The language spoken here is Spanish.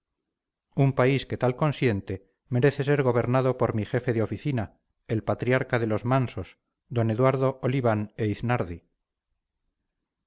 un país que tal consiente merece ser gobernado por mi jefe de oficina el patriarca de los mansos d eduardo oliván e iznardi